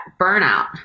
burnout